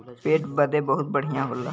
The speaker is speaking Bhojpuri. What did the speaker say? पेट बदे बहुते बढ़िया होला